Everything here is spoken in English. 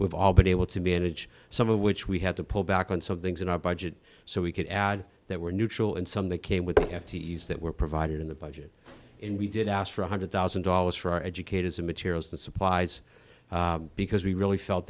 we've all been able to manage some of which we had to pull back on some things in our budget so we could add that were neutral and some that came with that were provided in the budget and we did ask for one hundred thousand dollars for our educators and materials and supplies because we really felt